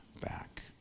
back